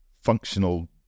functional